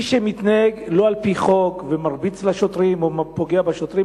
מי שמתנהג לא על-פי חוק ומרביץ לשוטרים או פוגע בשוטרים,